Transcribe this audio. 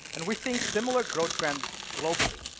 and we're seeing similar growth trends globally.